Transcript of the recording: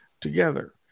together